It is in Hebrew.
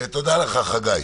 תודה לך, חגי.